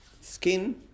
skin